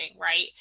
right